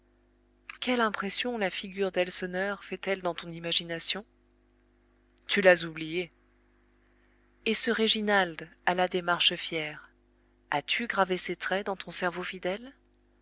quelle impression la figure d'elseneur fait-elle dans ton imagination tu l'as oublié et ce réginald à la démarche fière as-tu gravé ses traits dans ton cerveau fidèle